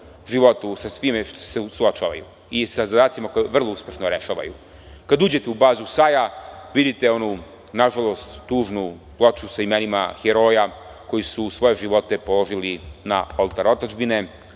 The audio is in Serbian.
životu suočavaju i sa zadacima koje vrlo uspešno rešavaju. Kad uđete u bazu SAJ-a, vidite onu, nažalost tužnu ploču sa imenima heroja, koji su svoje živote položili na oltar otadžbine